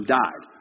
died